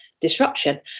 disruption